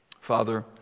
Father